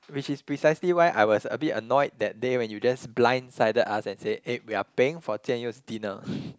which is precisely why I was a bit annoyed that day when you just blindsided us and said eh we are paying for Jian-Yong's dinner